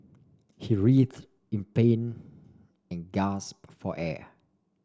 he writhed in pain and gasp for air